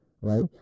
right